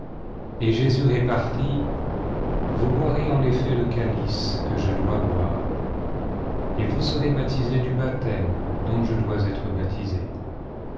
et jésus repartit vous boirez en effet le calice que je dois boire et vous serez baptisés du baptême dont je dois être baptisé